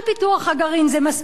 זה מספיק כדי לתקוף.